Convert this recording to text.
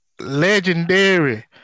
legendary